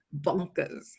bonkers